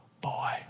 boy